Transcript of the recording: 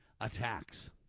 attacks